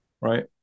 right